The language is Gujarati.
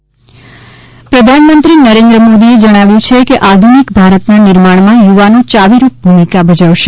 મન કી બાત પ્રધાનમંત્રી નરેન્દ્ર મોદીએ જણાવ્યું છે કે આધુનિક ભારતના નિર્માણમાં યુવાનો યાવીરૂપે ભૂમિકા ભજવશે